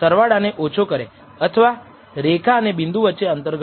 સરવાળા ને ઓછો કરે અથવા રેખા અને બિંદુ વચ્ચે અંતર ઘટાડે